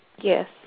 Yes